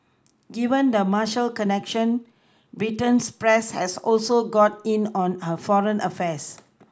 given the marital connection Britain's press has also got in on her foreign affairs